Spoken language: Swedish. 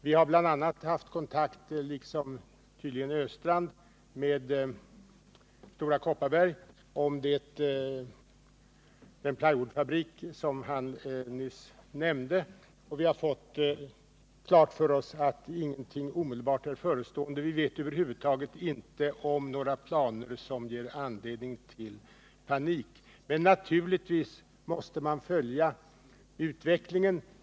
Vi har bl.a. haft kontakt, liksom Olle Östrand, med Stora Kopparberg om den plywoodfabrik Olle Östrand nyss nämnde, och vi har fått klart för oss att ingenting är omedelbart förestående. Vi vet över huvud taget inte om några planer finns som ger anledning till panik. Naturligtvis måste man följa utvecklingen.